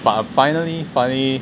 but finally finally